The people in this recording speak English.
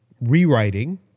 rewriting